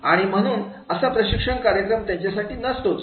आणि म्हणून असा प्रशिक्षण कार्यक्रम त्यांच्यासाठी नसतोच